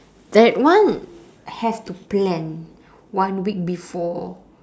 that one have to plan one week before